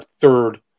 third